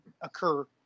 occur